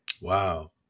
Wow